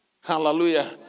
Hallelujah